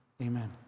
Amen